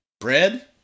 Bread